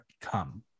come